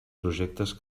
projectes